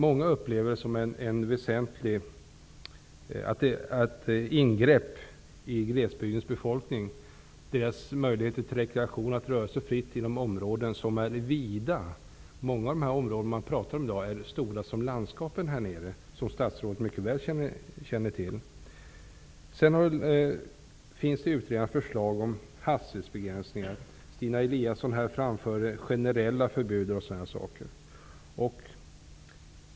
Många upplever det som ett väsentligt ingrepp i glesbygdsbefolkningens möjligheter till rekreation och att röra sig fritt inom vidsträckta områden. Många av de områden vi pratar om i dag är stora som landskapen här nere, vilket statsrådet mycket väl känner till. Utredningen för fram förslag om hastighetsbegränsningar, och Stina Eliasson talade om generella förbud och sådana saker.